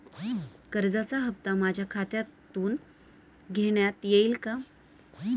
कर्जाचा हप्ता माझ्या खात्यातून घेण्यात येईल का?